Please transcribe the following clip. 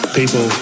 people